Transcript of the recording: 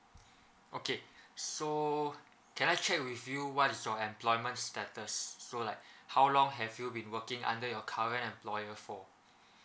okay so can I check with you what is your employment status so like how long have you been working under your current employer for